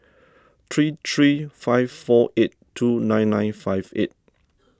three three five four eight two nine nine five eight